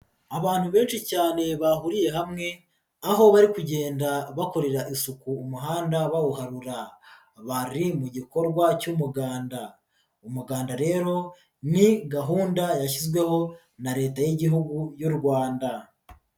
Abantu benshi cyane bahuriye hamwe aho bari kugenda bakorera isuku umuhanda bawuharura, bari mu gikorwa cy'umuganda. Umuganda rero ni gahunda yashyizweho na leta y'igihugu y'u Rwanda.